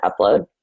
upload